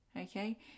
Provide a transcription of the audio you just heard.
okay